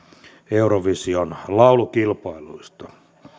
eurovision laulukilpailuista